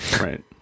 right